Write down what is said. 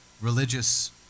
religious